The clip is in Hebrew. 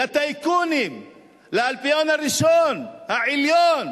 לטייקונים, לאלפיון הראשון, העליון.